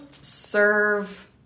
serve